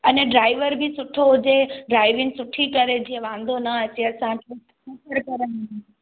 अने ड्राइवर बि सुठो हुजे ड्राइविंग सुठी करे जीअं वांदो न अचे असांखे